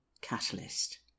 catalyst